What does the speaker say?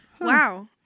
wow